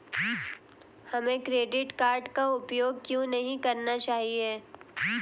हमें credit card का उपयोग क्यों नहीं करना चाहिए?